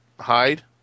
hide